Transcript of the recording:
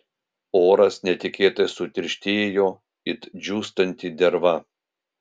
oras netikėtai sutirštėjo it džiūstanti derva